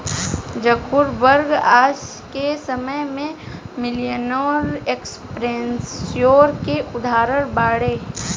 Zuckerberg आज के समय में मिलेनियर एंटरप्रेन्योर के उदाहरण बाड़े